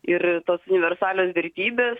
ir tos universalios vertybės